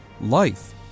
Life